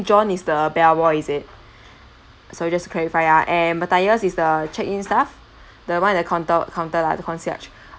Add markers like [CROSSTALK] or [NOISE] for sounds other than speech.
john is the bell boy is it [BREATH] sorry just to clarify ah and mathius is the check in staff the one at the counter counter lah the concierge